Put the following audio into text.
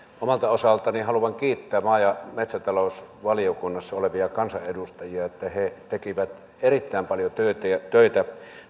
omalta osaltani haluan kiittää maa ja metsätalousvaliokunnassa olevia kansanedustajia että he he tekivät erittäin paljon töitä